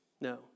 No